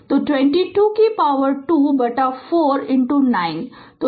तो 222 बटा 4 9 तो 1344 वाट यह pLmax है